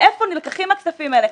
מאיפה נלקחים הכספים האלה.